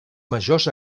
majors